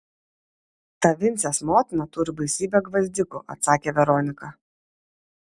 ta vincės motina turi baisybę gvazdikų atsakė veronika